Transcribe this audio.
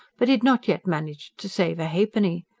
but he had not yet managed to save a halfpenny.